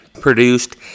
produced